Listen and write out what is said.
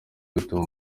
bituma